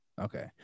Okay